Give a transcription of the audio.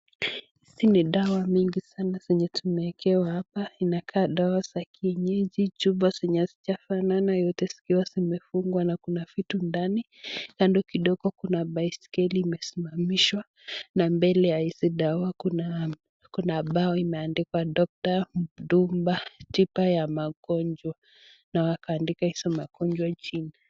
Hizi ni dawa mingi sana zenye tumewekea hapa . Inakaa dawa za kienyeji, chupa yenye hazijafanana zote zikiwa zimefungwa na kuna vitu ndani. Kando kidogo kuna baiskeli imesimamishwa na mbele ya hizi dawa kunaa , kuna bao imeandikwa (Doctor dumba) tiba ya magojwa na wakaandika hizo magojwa chini.